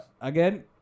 Again